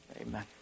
Amen